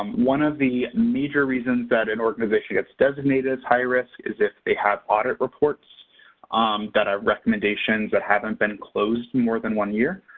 um one of the major reasons that an organization gets designated as high-risk is if they have audit reports that have recommendations that haven't been closed in more than one year,